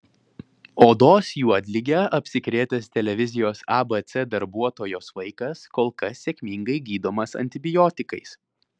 odos juodlige apsikrėtęs televizijos abc darbuotojos vaikas kol kas sėkmingai gydomas antibiotikais